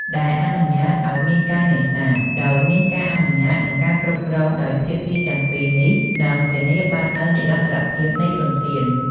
ដែលអនុញ្ញាតឱ្យមានការនេសាទដោយមានការអនុញ្ញាត និងការគ្រប់គ្រងដោយភាគីទាំងពីរនេះនឹងធានាបាននូវនិរន្តរភាពនៃធនធាន។។